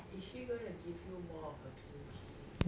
is she gonna give you more of her kimchi